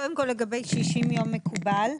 קודם כל, לגבי 60 יום מקובל.